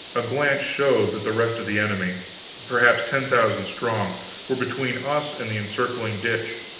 a glance showed that the rest of the enemy perhaps ten thousand strong were between us and the encircling ditch,